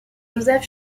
joseph